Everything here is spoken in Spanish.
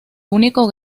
único